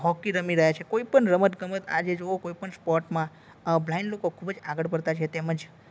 hockey રમી રહ્યા છે કોઈપણ રમત ગમત આજે જુઓ કોઈપણ સ્પોર્ટમાં બ્લાઇન્ડ લોકો ખૂબ જ આગળ પડતા છે તેમજ